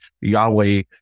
Yahweh